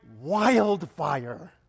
wildfire